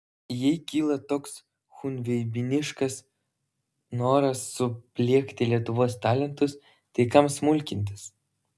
jei kyla toks chunveibiniškas noras supliekti lietuvos talentus tai kam smulkintis